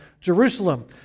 Jerusalem